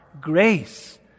grace